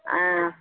ಆಂ